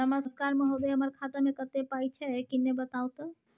नमस्कार महोदय, हमर खाता मे कत्ते पाई छै किन्ने बताऊ त?